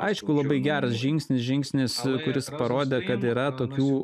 aišku labai geras žingsnis žingsnis kuris parodė kad yra tokių